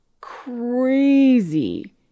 crazy